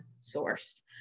source